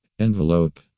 envelope